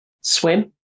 swim